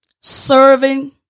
serving